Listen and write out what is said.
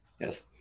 yes